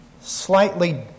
Slightly